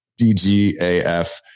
DGAF